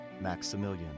Maximilian